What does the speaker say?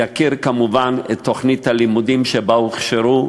יכיר כמובן את תוכנית הלימודים שבה הם הוכשרו,